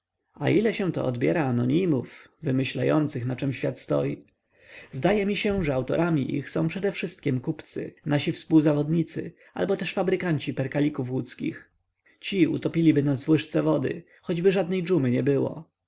a ile się to odbiera anonimów wymyślających na czem świat stoi zdaje mi się jednak że autorami ich są przedewszystkiem kupcy nasi współzawodnicy albo też fabrykanci perkalików łódzkich ci utopiliby nas w łyżce wody choćby żadnej dżumy nie było